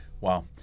Wow